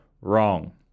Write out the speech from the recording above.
wrong